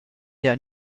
der